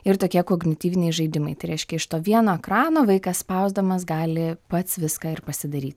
ir tokie kognityviniai žaidimai tai reiškia iš to vieno ekrano vaikas spausdamas gali pats viską ir pasidaryti